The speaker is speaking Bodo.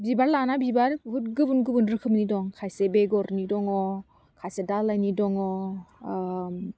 बिबार लाना बिबार बुहुत गुबुन गुबुन रोखोमनि दं खायसे बेगरनि दङ खायसे दालाइनि दङ अह